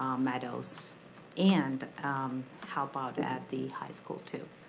um meadows and help out at the high school too.